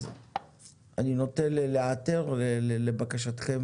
אז אני נוטה להיעתר לבקשתכם